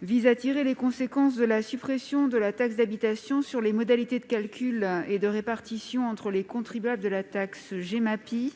vise à tirer les conséquences de la suppression de la taxe d'habitation sur les modalités de calcul et de répartition entre les contribuables de la taxe Gemapi,